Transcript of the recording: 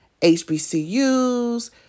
HBCUs